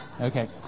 Okay